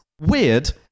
weird